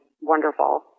wonderful